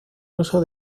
uso